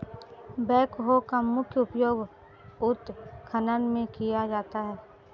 backhoe का मुख्य उपयोग उत्खनन में किया जाता है